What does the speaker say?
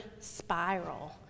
spiral